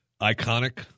Iconic